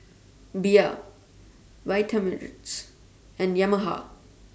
Bia Vitamix and Yamaha